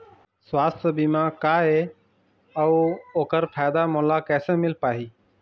सुवास्थ बीमा का ए अउ ओकर फायदा मोला कैसे मिल पाही?